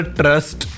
trust